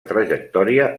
trajectòria